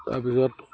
তাৰ পিছত